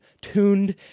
tuned